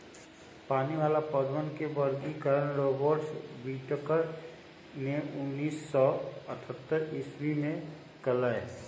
पानी वाला पौधवन के वर्गीकरण रॉबर्ट विटकर ने उन्नीस सौ अथतर ईसवी में कइलय